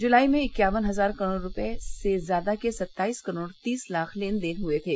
जुलाई में इक्यावन हजार करोड़ रुपये से ज्यादा के सत्ताईस करोड़ तीस लाख लेन देन हुए थे